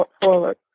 forward